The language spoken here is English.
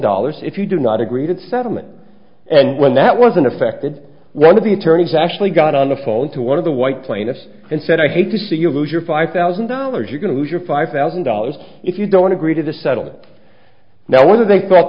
dollars if you do not agree that settlement and when that wasn't affected one of the attorneys actually got on the phone to one of the white plaintiffs and said i hate to see you lose your five thousand dollars you're going to lose your five thousand dollars if you don't agree to the settlement now whether they thought